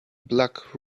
black